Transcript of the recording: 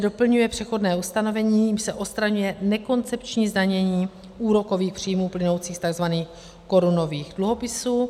Doplňuje se přechodné ustanovení, jímž se odstraňuje nekoncepční zdanění úrokových příjmů plynoucích z tzv. korunových dluhopisů.